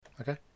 Okay